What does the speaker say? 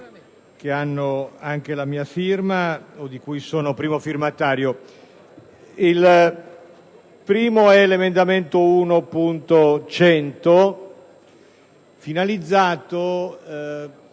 Il primo è l'emendamento 1.100, finalizzato